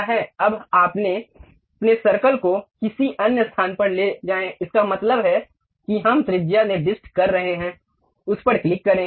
अब अपने सर्कल को किसी अन्य स्थान पर ले जाएं इसका मतलब है कि हम त्रिज्या निर्दिष्ट कर रहे हैं उस पर क्लिक करें